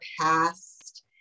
past